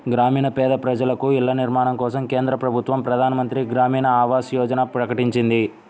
గ్రామీణ పేద ప్రజలకు ఇళ్ల నిర్మాణం కోసం కేంద్ర ప్రభుత్వం ప్రధాన్ మంత్రి గ్రామీన్ ఆవాస్ యోజనని ప్రకటించింది